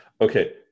Okay